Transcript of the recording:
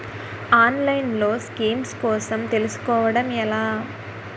ఆన్లైన్లో స్కీమ్స్ కోసం తెలుసుకోవడం ఎలా?